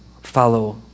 follow